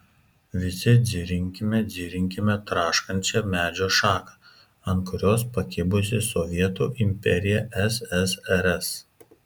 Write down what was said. visi dzirinkime dzirinkime traškančią medžio šaką ant kurios pakibusi sovietų imperija ssrs